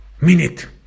minute